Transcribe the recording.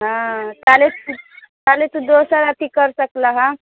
हँ ताले ताले तू दोसर अथी कर सकले हँ